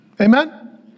amen